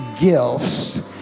gifts